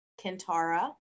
Kintara